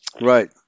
Right